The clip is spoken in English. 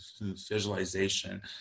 visualization